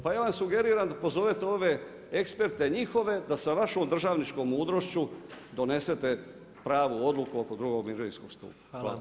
Pa ja vam sugeriram da pozovete ove eksperte njihove da sa vašom državničkom mudrošću donesete pravu odluku oko 2. mirovinskog stupa.